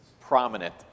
prominent